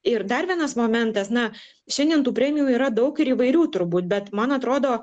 ir dar vienas momentas na šiandien tų premijų yra daug ir įvairių turbūt bet man atrodo